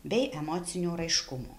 bei emocinio raiškumo